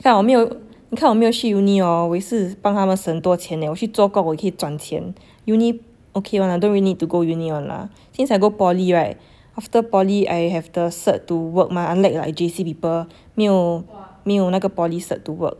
但我没有你看我没有去 uni hor 我也是帮他们省很多钱 eh 我去做工我也是可以赚钱 uni okay [one] don't really need to go uni [one] lah since I go poly right after poly I have the cert to work mah unlike like J_C people 没有没有那个 poly cert to work